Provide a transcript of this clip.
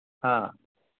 हा